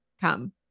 Come